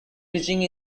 preaching